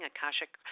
Akashic